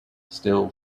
still